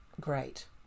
great